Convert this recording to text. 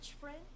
friend